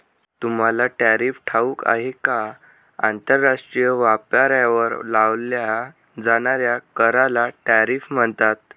तुम्हाला टॅरिफ ठाऊक आहे का? आंतरराष्ट्रीय व्यापारावर लावल्या जाणाऱ्या कराला टॅरिफ म्हणतात